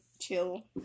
chill